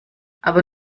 aber